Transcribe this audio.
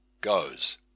goes